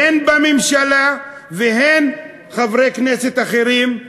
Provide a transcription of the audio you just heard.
הן בממשלה והן חברי כנסת אחרים,